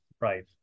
right